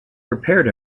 prepared